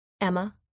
Emma